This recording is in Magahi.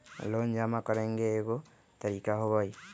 लोन जमा करेंगे एगो तारीक होबहई?